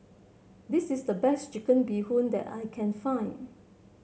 this is the best Chicken Bee Hoon that I can find